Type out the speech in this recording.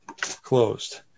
closed